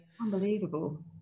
Unbelievable